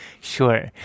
Sure